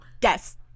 Guess